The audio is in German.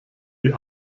die